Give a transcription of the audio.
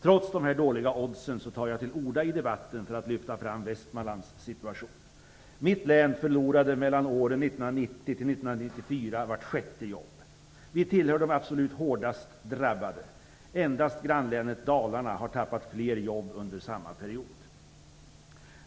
Trots dessa dåliga odds tar jag till orda i debatten för att lyfta fram Västmanlands situation. Mitt hemlän förlorade åren 1990-1994 vart sjätte jobb. Vi tillhör de absolut hårdast drabbade länen. Endast grannlänet Dalarna har tappat fler jobb under samma period.